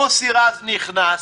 מוסי רז נכנס,